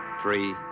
Three